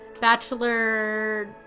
Bachelor